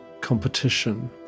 competition